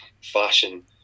fashion